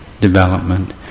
development